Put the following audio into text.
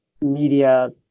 media